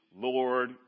Lord